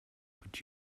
but